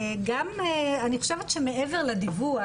אני חושבת שמעבר לדיווח,